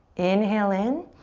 inhale in.